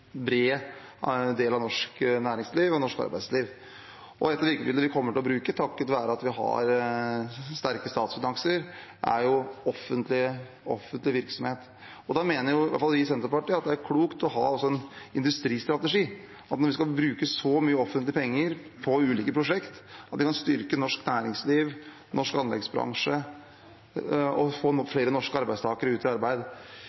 stor del av norsk næringsliv og arbeidsliv. Et virkemiddel vi kommer til å bruke, takket være at vi har sterke statsfinanser, er offentlig virksomhet. Da mener i hvert fall vi i Senterpartiet at det er klokt å ha en industristrategi. Når vi skal bruke så mye offentlige penger på ulike prosjekter, må vi styrke norsk næringsliv og norsk anleggsbransje og få flere norske arbeidstakere ut i arbeid.